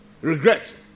Regret